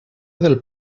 del